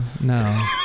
No